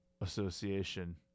association